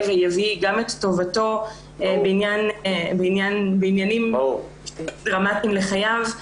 ויביא גם את טובתו בעניינים דרמטיים לחייו.